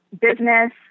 business